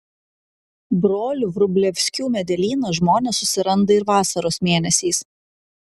brolių vrublevskių medelyną žmonės susiranda ir vasaros mėnesiais